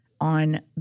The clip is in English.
on